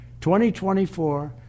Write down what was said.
2024